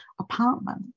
apartment